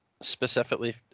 specifically